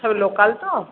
সব লোকাল তো